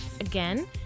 Again